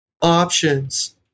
options